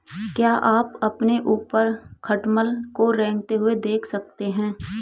क्या आप अपने ऊपर खटमल को रेंगते हुए देख सकते हैं?